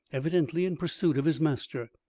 evidently in pursuit of his master.